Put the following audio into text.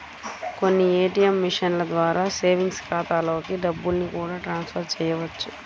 కొన్ని ఏ.టీ.యం మిషన్ల ద్వారా సేవింగ్స్ ఖాతాలలోకి డబ్బుల్ని కూడా ట్రాన్స్ ఫర్ చేయవచ్చు